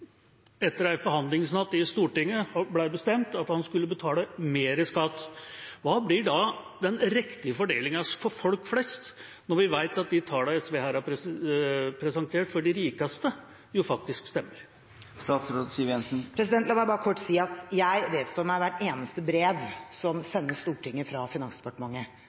etter en forhandlingsnatt i Stortinget – bestemt at han skal betale mer i skatt. Hva blir da den riktige fordelingen for folk flest når vi vet at de tallene SV her har presentert for de rikeste, faktisk stemmer? La meg bare kort si at jeg vedstår meg hvert eneste brev som sendes Stortinget fra Finansdepartementet,